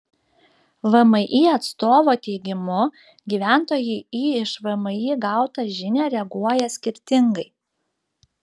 vmi atstovo teigimu gyventojai į iš vmi gautą žinią reaguoja skirtingai